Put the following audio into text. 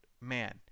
Man